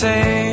Say